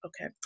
Okay